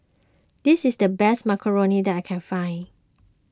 this is the best Macarons that I can find